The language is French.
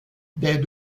des